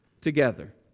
together